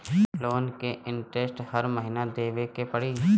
Loan के interest हर महीना देवे के पड़ी?